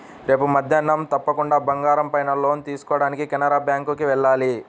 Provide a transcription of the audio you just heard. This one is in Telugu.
రేపు మద్దేన్నం తప్పకుండా బంగారం పైన లోన్ తీసుకోడానికి కెనరా బ్యేంకుకి వెళ్ళాలి